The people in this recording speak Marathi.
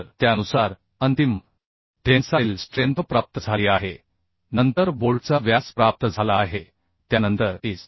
तर त्यानुसार अंतिम टेन्साइल स्ट्रेंथ प्राप्त झाली आहे नंतर बोल्टचा व्यास प्राप्त झाला आहे त्यानंतर IS